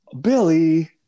Billy